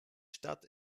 stadt